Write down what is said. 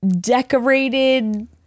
decorated